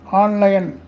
online